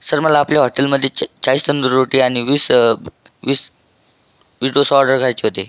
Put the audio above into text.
sir मला आपल्या हॉटेलमधे चय चाळीस तंदूर रोटी आणि वीस वीस वीस डोसे ऑर्डर करायचे होते